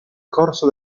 corso